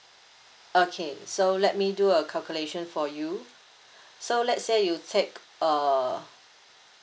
okay so let me do a calculation for you so let's say you take uh